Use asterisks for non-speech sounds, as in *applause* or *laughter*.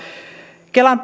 kelan *unintelligible*